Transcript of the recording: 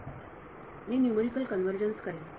विद्यार्थी मी numerical convergence करेन